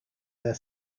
their